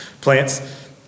plants